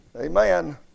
Amen